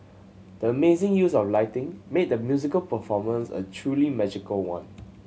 the amazing use of lighting made the musical performance a truly magical one